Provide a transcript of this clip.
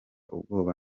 ubwoba